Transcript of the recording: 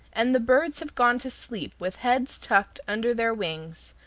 and the birds have gone to sleep with heads tucked under their wings,